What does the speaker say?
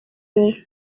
wowe